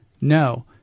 No